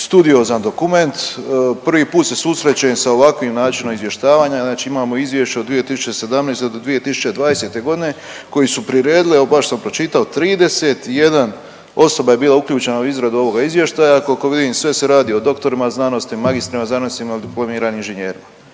studiozan dokument. Prvi put se susrećem sa ovakvim načinom izvještavanja. Znači imamo izvješće od 2017. do 2020. godine koji su priredili, evo baš sam pročitao, 31 osoba je bila uključena u izradu ovoga izvještaja koliko vidim sve se radi o doktorima znanosti, magistrima znanosti, diplomiranim inženjerima.